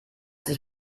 sich